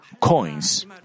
coins